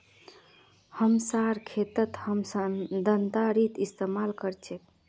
हमसार खेतत हम दरांतीर इस्तेमाल कर छेक